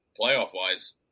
playoff-wise